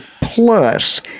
Plus